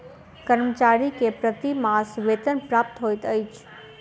कर्मचारी के प्रति मास वेतन प्राप्त होइत अछि